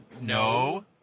no